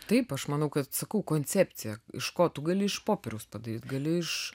taip aš manau kad sakau koncepcija iš ko tu gali iš popieriaus padaryt gali iš